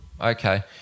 Okay